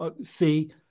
see